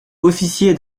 officier